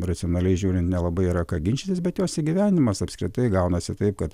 racionaliai žiūrint nelabai yra ką ginčytis bet jos įgyvendinimas apskritai gaunasi taip kad